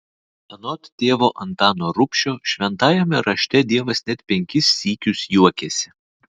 anot tėvo antano rubšio šventajame rašte dievas net penkis sykius juokiasi